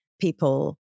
people